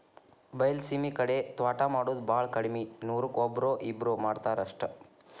ಬೈಲಸೇಮಿ ಕಡೆ ತ್ವಾಟಾ ಮಾಡುದ ಬಾಳ ಕಡ್ಮಿ ನೂರಕ್ಕ ಒಬ್ಬ್ರೋ ಇಬ್ಬ್ರೋ ಮಾಡತಾರ ಅಷ್ಟ